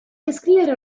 descrivere